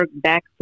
Back